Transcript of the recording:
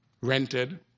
rented